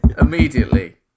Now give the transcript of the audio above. immediately